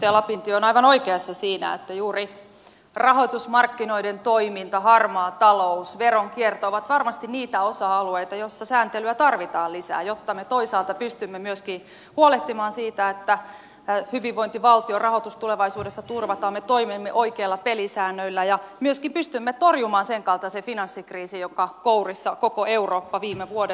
edustaja lapintie on aivan oikeassa siinä että juuri rahoitusmarkkinoiden toiminta harmaa talous veronkierto ovat varmasti niitä osa alueita joissa sääntelyä tarvitaan lisää jotta me toisaalta pystymme myöskin huolehtimaan siitä että hyvinvointivaltion rahoitus tulevaisuudessa turvataan me toimimme oikeilla pelisäännöillä ja myöskin pystymme torjumaan senkaltaisen finanssikriisin jonka kourissa koko eurooppa viime vuodet on elänyt